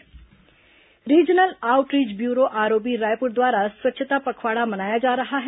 स्वच्छता पखवाड़ा regional outreach bureau ROB Raipur द्वारा स्वच्छता पखवाड़ा मनाया जा रहा है